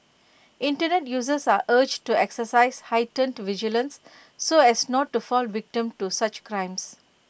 Internet users are urged to exercise heightened vigilance so as not to fall victim to such crimes